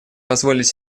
позволить